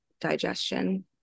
digestion